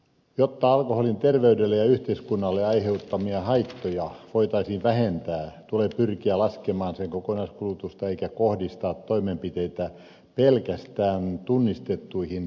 jotta alkoholin terveydelle ja yhteiskunnalle aiheuttamia haittoja voitaisiin vähentää tulee pyrkiä laskemaan sen kokonaiskulutusta eikä kohdistaa toimenpiteitä pelkästään tunnistettuihin riskikuluttajiin